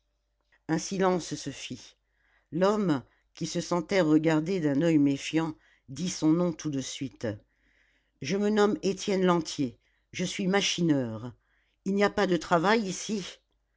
un silence se fit l'homme qui se sentait regardé d'un oeil méfiant dit son nom tout de suite je me nomme étienne lantier je suis machineur il n'y a pas de travail ici